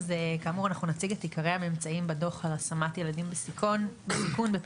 כאמור אנחנו נציג את עיקרי הממצאים בדוח על השמת ילדים בסיכון בפנימיות,